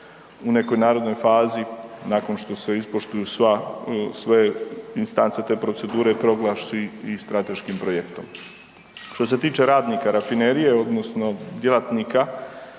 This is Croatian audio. u nekoj narednoj fazi nakon što se ispoštuju sva, sve instance te procedure, proglasi i strateškim projektom. Što se tiče radnika rafinerije odnosno djelatnika,